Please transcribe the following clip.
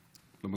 ברשותכם,